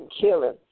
killing